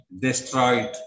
destroyed